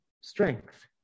strength